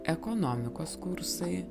ekonomikos kursai